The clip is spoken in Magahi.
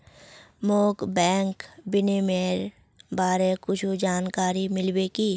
मोक बैंक विनियमनेर बारे कुछु जानकारी मिल्बे की